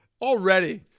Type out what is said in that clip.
already